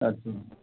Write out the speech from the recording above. अच्छा